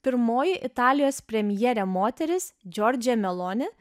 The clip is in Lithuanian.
pirmoji italijos premjerė moteris džiordžia meloni